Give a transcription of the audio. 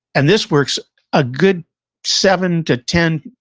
and this works a good seven to ten,